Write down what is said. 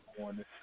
morning